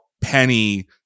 Penny